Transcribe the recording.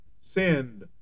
sinned